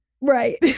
Right